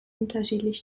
unterschiedlich